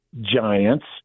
giants